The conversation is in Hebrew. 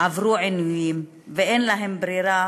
עברו עינויים, ואין להם ברירה